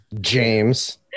James